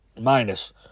minus